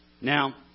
Now